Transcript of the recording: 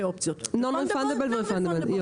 אופציות: non-refundable ו-refundable.